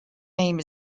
name